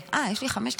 אה, יש לי חמש דקות.